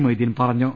മൊയ്തീൻ പറഞ്ഞു